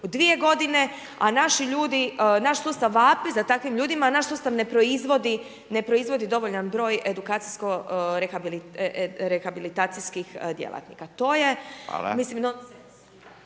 u 2 g. a naš sustav vapi za takvim ljudima, naš sustav ne proizvodi dovoljan broj edukacijsko-rehabilitacijskih djelatnika. To je